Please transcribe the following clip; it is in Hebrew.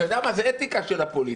אתה יודע מה, זה אתיקה של הפוליטיקה.